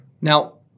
Now